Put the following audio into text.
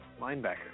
Linebacker